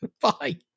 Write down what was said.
Bye